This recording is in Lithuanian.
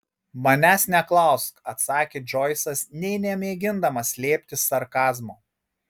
manęs neklausk atsakė džoisas nė nemėgindamas slėpti sarkazmo